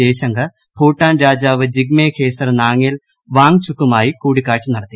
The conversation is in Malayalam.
ജയശങ്കർ ഭൂട്ടാൻ രാജാവ് ജിഗ്മേ ഖേസർ നാംഗ്യെൽ വാങ് ചുക്കുമായി കൂടിക്കാഴ്ച നടത്തി